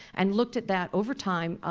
and looked at that over time,